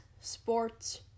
Sports